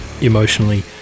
emotionally